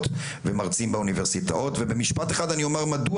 או בכל מבנה אחר שחגית מסר ירון רמזה עליו,